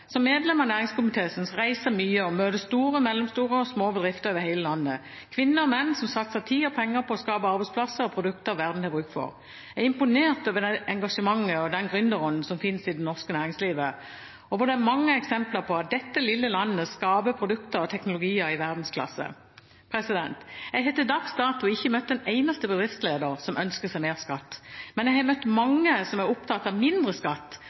Som medlem av næringskomiteen reiser jeg mye og møter store, mellomstore og små bedrifter over hele landet, kvinner og menn som satser tid og penger på å skape arbeidsplasser og produkter verden har bruk for. Jeg er imponert over det engasjementet og den gründerånden som finnes i det norske næringslivet, hvor det er mange eksempler på at dette lille landet skaper produkter og teknologier i verdensklasse. Jeg har til dags dato ikke møtt en eneste bedriftsleder som ønsker seg mer skatt, men jeg har møtt mange som er opptatt av mindre skatt